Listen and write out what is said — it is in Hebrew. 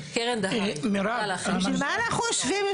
בשביל מה אנחנו יושבים?